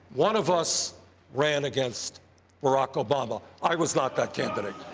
one of us ran against barack obama. i was not that candidate.